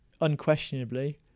unquestionably